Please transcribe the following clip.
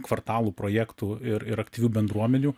kvartalų projektų ir aktyvių bendruomenių